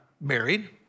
married